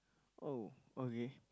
oh okay